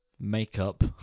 makeup